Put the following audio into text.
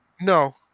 No